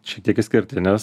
šiek tiek išskirtinis